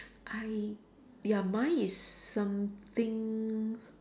I ya mine is something